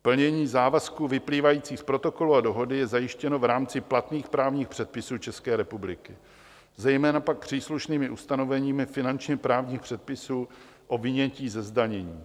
Plnění závazků vyplývajících z Protokolu a Dohody je zajištěno v rámci platných právních předpisů České republiky, zejména pak příslušnými ustanoveními finančněprávních předpisů o vynětí ze zdanění.